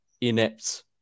inept